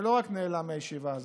ולא רק נעלם מהישיבה הזאת.